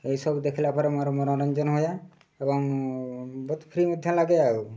ଏହିସବୁ ଦେଖିଲା ପରେ ମୋର ମନୋରଞ୍ଜନ ହୁଏ ଏବଂ ବହୁତ ଫ୍ରି ମଧ୍ୟ ଲାଗେ ଆଉ